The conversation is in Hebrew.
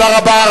תודה רבה.